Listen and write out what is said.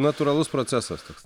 natūralus procesas toks